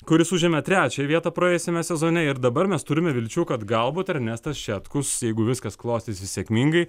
kuris užėmė trečiąją vietą praėjusiame sezone ir dabar mes turime vilčių kad galbūt ernestas šetkus jeigu viskas klostysis sėkmingai